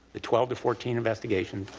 the twelve to fourteen investigations,